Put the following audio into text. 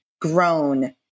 grown